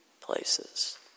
places